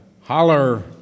holler